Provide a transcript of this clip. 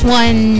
one